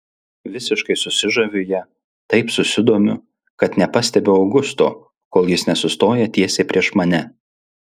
visiškai susižaviu ja taip susidomiu kad nepastebiu augusto kol jis nesustoja tiesiai prieš mane